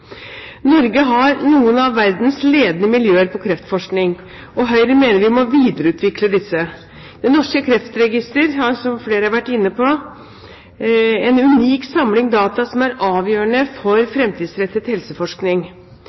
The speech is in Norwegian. Norge har noen av verdens ledende miljøer på kreftforskning, og Høyre mener vi må videreutvikle disse. Det norske Kreftregisteret har, som flere har vært inne på, en unik samling data som er avgjørende for fremtidsrettet helseforskning.